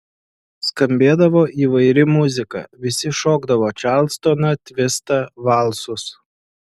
skambėdavo įvairi muzika visi šokdavo čarlstoną tvistą valsus